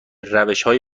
روشهای